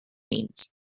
needs